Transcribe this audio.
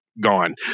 gone